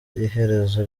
iherezo